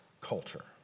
culture